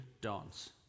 dance